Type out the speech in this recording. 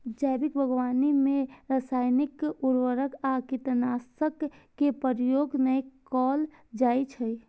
जैविक बागवानी मे रासायनिक उर्वरक आ कीटनाशक के प्रयोग नै कैल जाइ छै